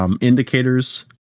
indicators